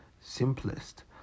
simplest